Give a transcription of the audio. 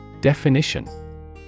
Definition